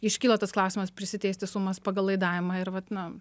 iškyla tas klausimas prisiteisti sumas pagal laidavimą ir vat na